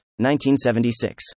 1976